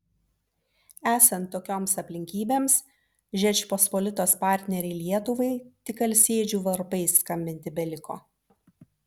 esant tokioms aplinkybėms žečpospolitos partnerei lietuvai tik alsėdžių varpais skambinti beliko